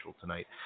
tonight